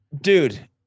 Dude